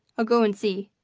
i'll go and see.